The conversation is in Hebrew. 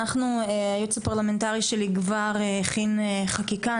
הייעוץ הפרלמנטרי שלי כבר הכין חקיקה,